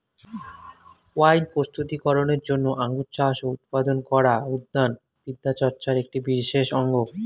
wine প্রস্তুতি করনের জন্য আঙুর চাষ ও উৎপাদন করা উদ্যান বিদ্যাচর্চার একটি বিশেষ অঙ্গ